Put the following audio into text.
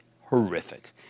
horrific